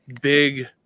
big